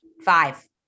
Five